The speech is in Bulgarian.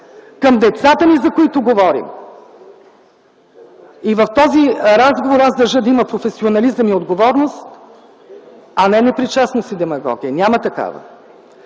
към децата ни, за които говорим. В този разговор аз държа да има професионализъм и отговорност, а не непричастност и демагогия. Няма такава.